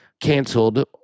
canceled